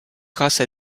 grâce